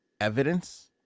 evidence